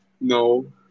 No